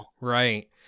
right